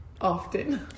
Often